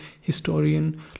historian